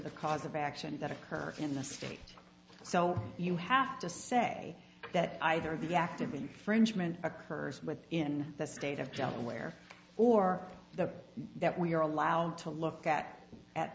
the cause of action that occurred in the state so you have to say that either the act of infringement occurs but in the state of delaware or the that we are allowed to look at at